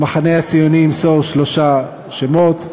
המחנה הציוני ימסור שלושה שמות,